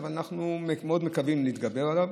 אבל אנחנו מאוד מקווים להתגבר עליהן.